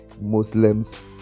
Muslims